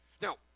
Now